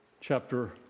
chapter